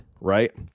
right